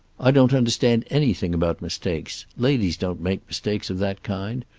i don't understand anything about mistakes. ladies don't make mistakes of that kind.